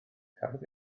cafodd